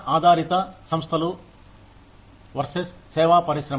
ఆధారిత సంస్థలు వర్సెస్ సేవా పరిశ్రమ